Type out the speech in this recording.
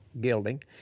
gilding